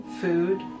food